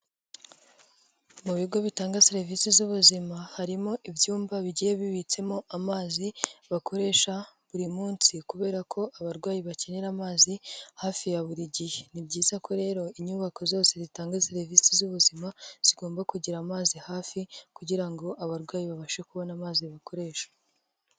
Mu bigo bitanga serivisi z'ubuzima, harimo ibyumba bigiye bibitsemo amazi bakoresha buri munsi, kubera ko abarwayi bakenera amazi hafi ya buri gihe, ni byiza ko rero inyubako zose zitanga serivisi z'ubuzima zigomba kugira amazi hafi, kugira ngo abarwayi babashe kubona amazi bakoresha.